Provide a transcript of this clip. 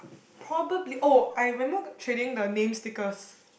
probably oh I remember trading the name stickers